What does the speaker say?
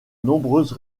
nombreuses